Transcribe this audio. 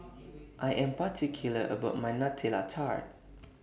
I Am particular about My Nutella Tart